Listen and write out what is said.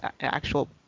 actual